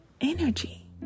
energy